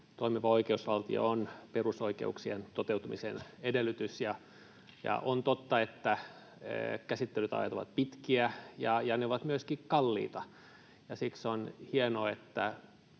toimiva oikeusvaltio on perusoikeuksien toteutumisen edellytys. On totta, että käsittelyajat ovat pitkiä ja ne ovat myöskin kalliita, ja siksi on hienoa, että